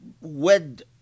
Wed